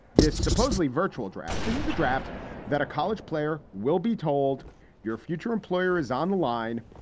this supposedly virtual draft. this is the draft that a college player will be told your future employer is on the line.